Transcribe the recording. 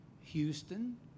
Houston